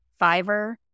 Fiverr